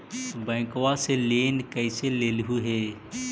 बैंकवा से लेन कैसे लेलहू हे?